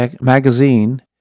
magazine